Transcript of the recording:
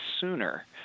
sooner